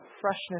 freshness